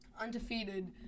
undefeated